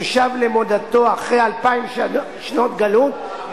ששב למולדתו אחרי אלפיים שנות גלות,